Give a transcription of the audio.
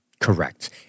Correct